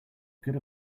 good